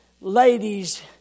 ladies